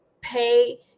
pay